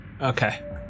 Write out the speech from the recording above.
Okay